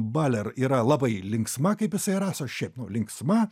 baler yra labai linksma kaip jisai raso šiaip nu linksma